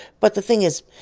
but the thing is,